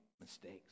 mistakes